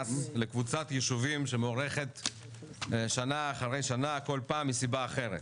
לקבוצת ישובים שמוארכת שנה אחרי שנה כל פעם מסיבה אחרת,